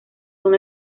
son